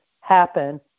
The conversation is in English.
happen